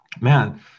man